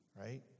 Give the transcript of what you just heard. right